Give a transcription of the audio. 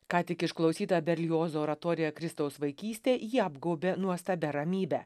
ką tik išklausyta berliozo oratorija kristaus vaikystė jį apgaubė nuostabia ramybe